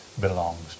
belongs